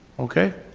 okay,